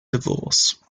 divorce